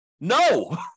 No